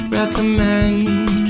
recommend